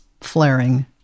flaring